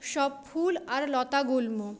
সব ফুল আর লতা গুল্ম